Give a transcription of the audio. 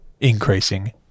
increasing